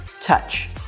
Touch